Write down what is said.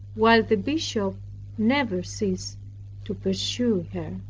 while the bishop never ceased to pursue her.